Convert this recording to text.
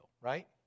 right